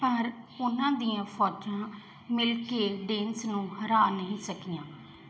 ਪਰ ਉਨ੍ਹਾਂ ਦੀਆਂ ਫ਼ੌਜਾਂ ਮਿਲ ਕੇ ਡੇਨਸ ਨੂੰ ਹਰਾ ਨਹੀਂ ਸਕੀਆਂ